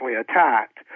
attacked